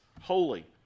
holy